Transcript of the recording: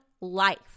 life